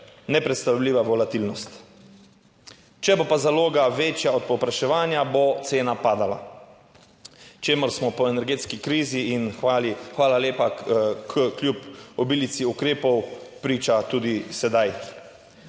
nepredstavljiva volatilnost. Če bo pa zaloga večja od povpraševanja, bo cena padala, čemur smo po energetski krizi in hvali, hvala lepa, kljub obilici ukrepov priča tudi sedaj.